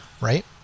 Right